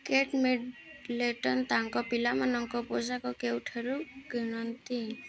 କେଟ୍ Middleton ତାଙ୍କ ପିଲାମାନଙ୍କ ପୋଷାକ କେଉଁଠାରୁ କିଣନ୍ତି